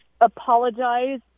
apologize